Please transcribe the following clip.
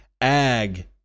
Ag